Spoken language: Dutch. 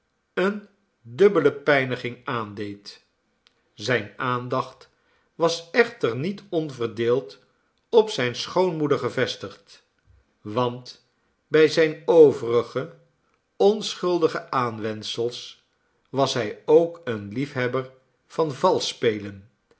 eene dubbele pijniging aandeed zijne aandacht was echter niet onverdeeld op zijne schoonmoeder gevestigd want bij zijne overige onschuldige aanwendsels was hij ook een liefhebber van